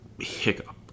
hiccup